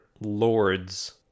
lords